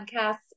podcasts